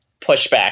pushback